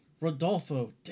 Rodolfo